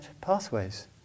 pathways